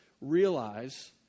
realize